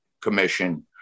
commission